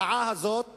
הרעה הזאת